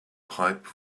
pipe